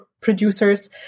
producers